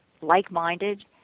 like-minded